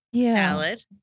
salad